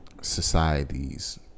societies